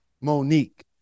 Monique